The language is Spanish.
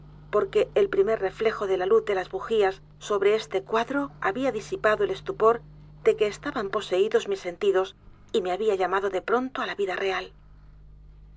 m e r reflejo de la luz de las bujías sobre este cuadro había disipado el estupor de que estaban poseídos mis sentidos y me había llamado de pronto á la vida real